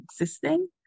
existing